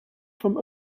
from